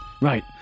Right